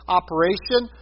operation